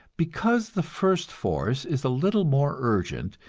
because the first force is a little more urgent,